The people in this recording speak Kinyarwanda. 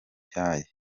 cyayi